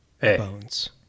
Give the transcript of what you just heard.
Bones